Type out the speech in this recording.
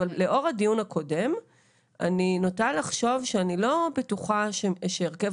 אבל לאור הדיון הקודם אני נוטה לחשוב שאני לא בטוחה שהרכב